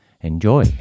Enjoy